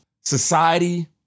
Society